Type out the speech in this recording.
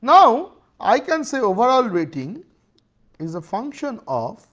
now i can say overall rating is a function of